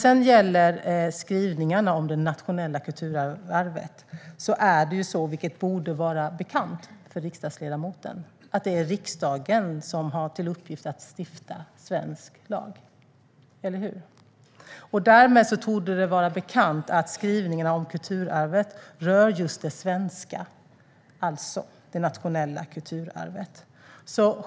När det gäller skrivningarna om det nationella kulturarvet borde det vara bekant för riksdagsledamoten att det är riksdagen som har till uppgift att stifta svensk lag, eller hur? Därmed torde det vara bekant att skrivningarna om kulturarvet rör just det svenska, alltså det nationella, kulturarvet.